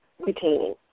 retaining